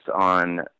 on